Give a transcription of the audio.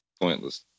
pointless